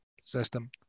system